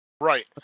Right